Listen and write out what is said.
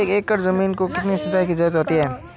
एक एकड़ ज़मीन में कितनी सिंचाई की ज़रुरत होती है?